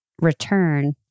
return